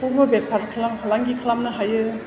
बावबो बेफार फालांगि खालामनो हायो